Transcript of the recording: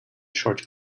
short